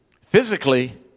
physically